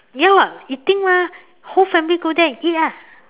ya [what] eating mah whole family go there and eat ah